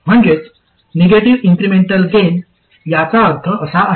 म्हणजेच negative incremental gain याचा अर्थ असा आहे